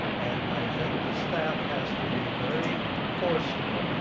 and i think the staff has to be very forceful,